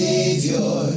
Savior